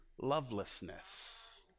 lovelessness